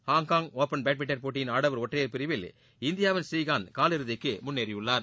Hong Kong open badminton போட்டியின் ஆடவர் ஒற்றையர் பிரிவில் இந்தியாவின் ஸ்ரீகாந்த் கால் இறுதிக்கு முன்னேறியுள்ளார்